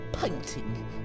painting